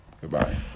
Goodbye